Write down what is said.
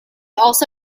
also